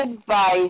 advice